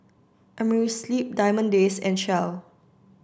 Amerisleep Diamond Days and Shell